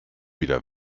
wieder